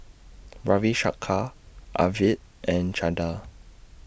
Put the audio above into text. Ravi Shankar Arvind and Chanda